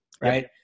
right